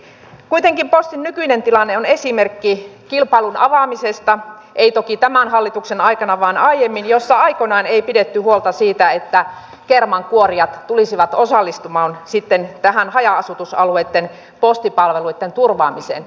kuitenkin postin nykyinen tilanne on esimerkki kilpailun avaamisesta ei toki tämän hallituksen aikana vaan aiemmin jossa aikoinaan ei pidetty huolta siitä että kermankuorijat tulisivat osallistumaan sitten tähän haja asutusalueitten postipalveluitten turvaamiseen